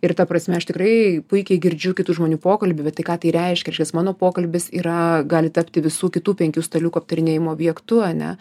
ir ta prasme aš tikrai puikiai girdžiu kitų žmonių pokalbių bet tai ką tai reiškia reiškias mano pokalbis yra gali tapti visų kitų penkių staliukų aptarinėjamo objektu ane